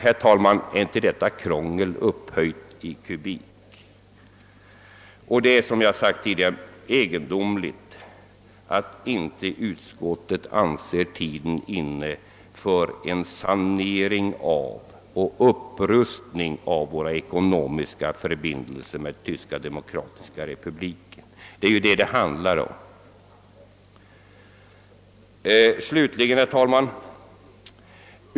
Herr talman! Är inte detta krångel upphöjt i kubik? Det är, såsom jag tidigare sagt, ytterst egendomligt att utskottet inte anser tiden vara inne för en sanering och upprustning av våra ekonomiska förbindelser med Tyska Demokratiska Republiken. Det är ju detta det handlar om.